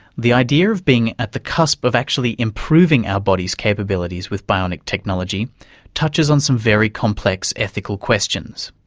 the idea of being at the cusp of actually improving our body's capabilities with bionic technology touches on some very complex ethical questions.